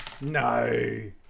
No